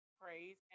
praise